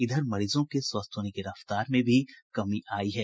इधर मरीजों के स्वस्थ होने की रफ्तार में भी कमी आयी है